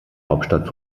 hauptstadt